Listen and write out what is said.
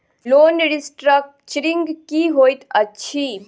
Loan restructuring की होइत अछि?